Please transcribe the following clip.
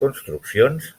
construccions